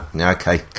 Okay